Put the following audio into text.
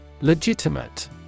Legitimate